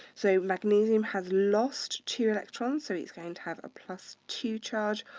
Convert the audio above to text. so magnesium has lost two electrons, so it's going to have a plus two charge.